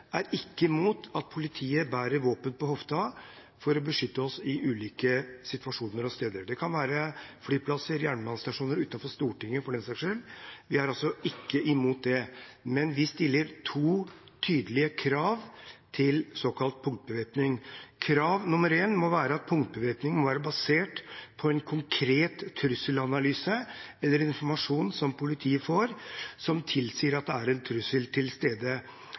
SV ikke er imot at politiet bærer våpen på hofta for å beskytte oss i ulike situasjoner og på ulike steder. Det kan være på flyplasser, på jernbanestasjoner, utenfor Stortinget, for den saks skyld. Vi er altså ikke imot det. Men vi stiller to tydelige krav til såkalt punktbevæpning. Krav nummer én må være basert på en konkret trusselanalyse eller informasjon som politiet får, som tilsier at det er en trussel til stede.